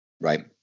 Right